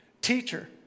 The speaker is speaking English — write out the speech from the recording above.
Teacher